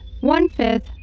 one-fifth